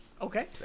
Okay